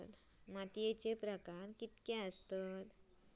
मातीचे प्रकार किती आसत?